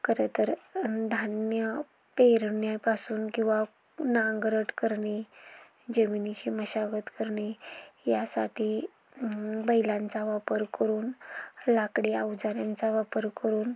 खरं तर धान्य पेरण्यापासून किंवा नांगरट करणे जमिनीशी मशागत करणे यासाठी बैलांचा वापर करून लाकडी अवजाऱ्यांचा वापर करून